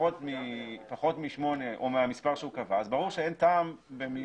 פחות משמונה או מהמספר שהוא קבע אז ברור שאין טעם במיון